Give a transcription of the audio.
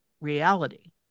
reality